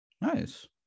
Nice